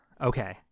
Okay